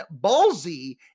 ballsy